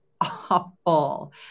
awful